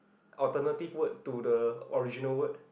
alternative word to the original word